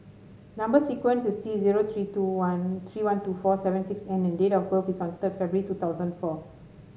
number sequence is T zero three two one three one two four seven six N and date of birth is on third February two thousand four